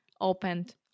opened